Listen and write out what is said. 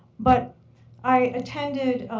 but i attended